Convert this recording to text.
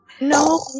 No